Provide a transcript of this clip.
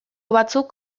batzuk